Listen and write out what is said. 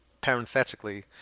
parenthetically